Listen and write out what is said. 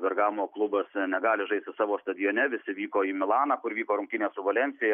bergamo klubuose negali žaisti savo stadione visi vyko į milaną kur vyko rungtynės su valensija